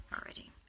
already